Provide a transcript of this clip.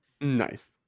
Nice